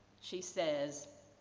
she says